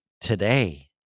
today